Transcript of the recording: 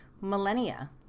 millennia